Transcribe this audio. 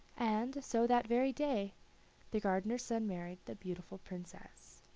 and so that very day the gardener's son married the beautiful princess.